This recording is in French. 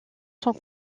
sont